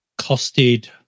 costed